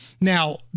Now